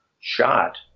shot